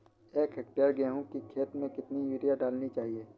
एक हेक्टेयर गेहूँ की खेत में कितनी यूरिया डालनी चाहिए?